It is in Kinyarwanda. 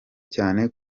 cyane